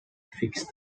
fixed